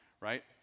right